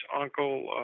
uncle